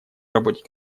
работе